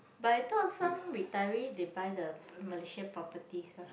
but I thought some retirees they buy the Malaysia properties ah